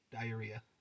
Diarrhea